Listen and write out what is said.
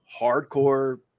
hardcore